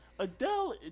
Adele